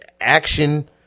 action